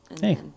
Hey